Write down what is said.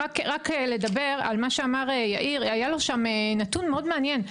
לגבי מה שאמר יאיר, היה לו שם נתון מאוד מעניין.